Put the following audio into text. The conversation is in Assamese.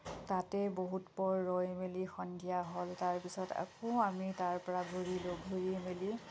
তাতে বহুতপৰ ৰৈ মেলি সন্ধিয়া হ'ল তাৰপিছত আকৌ আমি তাৰপৰা ঘূৰিলোঁ ঘূৰি মেলি